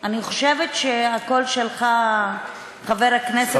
אני חושבת שהקול שלך, חבר הכנסת, יותר גבוה משלי.